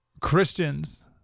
christians